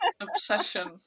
Obsession